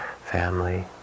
family